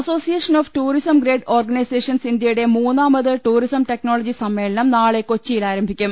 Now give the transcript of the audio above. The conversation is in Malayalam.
association of tourism trade organisations ഇന്ത്യയുടെ മൂന്നാമത് ടൂറിസം ടെക്നോളജി സമ്മേളനം നാളെ കൊച്ചിയിൽ ആരംഭിക്കും